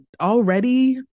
already